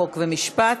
חוק ומשפט.